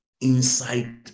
Inside